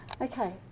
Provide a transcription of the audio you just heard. Okay